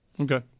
Okay